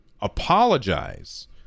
apologize